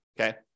Okay